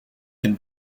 can